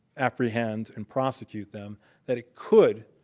apprehend, and prosecute them that it could